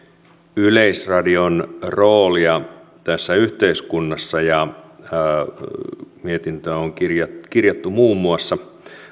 yleisradion roolia tässä yhteiskunnassa mietintöön on kirjattu kirjattu muun muassa